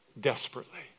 desperately